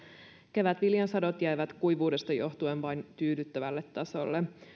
kevätviljan sadot jäävät kuivuudesta johtuen vain tyydyttävälle tasolle